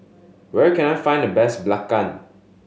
where can I find the best belacan